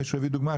מישהו הביא דוגמה,